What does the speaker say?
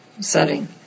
setting